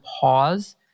pause